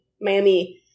Miami